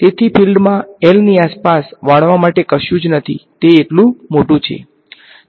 તેથી ફીલ્ડમાં L ની આસપાસ વાળવા માટે કશું જ નથી તે એટલું મોટું છે